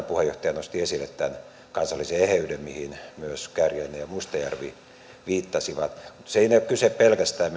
puheenjohtaja nosti esille tämän kansallisen eheyden mihin myös kääriäinen ja mustajärvi viittasivat mutta minusta siinä ei ole kyse pelkästään